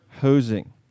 hosing